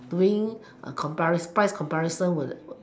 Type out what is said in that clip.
doing comparis~ price comparison will the